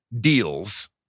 deals